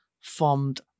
formed